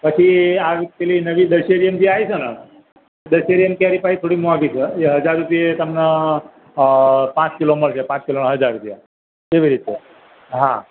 પછી આ પેલી નવી દશેરીયન આવી છે ને દશેરીયન કેરી પાછી થોડીક મોંઘી છે હજાર રૂપિયે તમને પાંચ કિલો મળશે પાંચ કિલોના હજાર રૂપિયા એવી રીતે હા